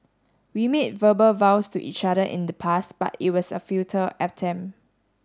we made verbal vows to each other in the past but it was a futile